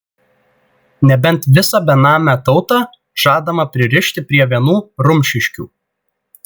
nebent visą benamę tautą žadama pririšti prie vienų rumšiškių